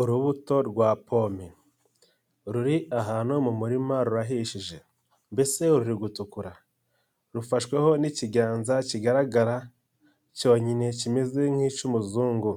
Urubuto rwa pome ruri ahantu mu murima rurahishije mbese ururi gutukura, rufashweho n'ikiganza kigaragara cyonyine kimeze nk'icy'umuzungu,